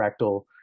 fractal